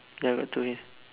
ya got two ways